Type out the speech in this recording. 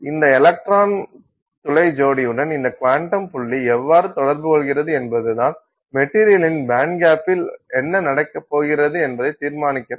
இந்த எலக்ட்ரான் துளை ஜோடியுடன் இந்த குவாண்டம் புள்ளி எவ்வாறு தொடர்பு கொள்கிறது என்பதுதான் மெட்டீரியலின் பேண்ட்கேப்பில் என்ன நடக்கப் போகிறது என்பதை தீர்மானிக்கிறது